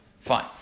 Fine